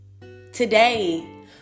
today